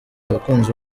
abakunzi